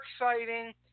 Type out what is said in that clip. exciting